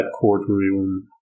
courtroom